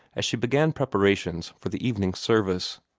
as she began preparations for the evening service.